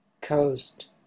Coast